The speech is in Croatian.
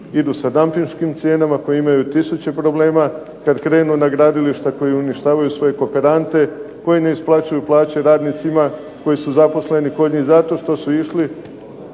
idu sa dampinškim cijenama, koji imaju tisuće problema kad krenu na gradilišta, koji uništavaju svoje kooperante, koji ne isplaćuju plaće radnicima, koji su zaposleni kod njih zato što su išli